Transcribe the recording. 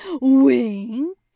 Wink